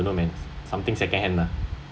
don't know man something second hand lah